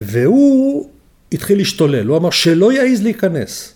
‫והוא התחיל להשתולל. ‫הוא אמר שלא יעיז להיכנס.